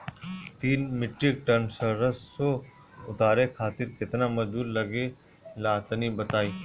तीन metric tonne सरसो उतारे खातिर केतना मजदूरी लगे ला तनि बताई?